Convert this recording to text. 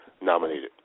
nominated